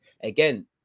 again